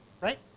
right